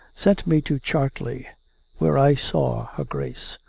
sent me to chartley where i saw her grace.